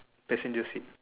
passenger seat